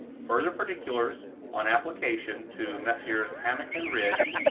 further particulars on application to messrs. hammick and ridge,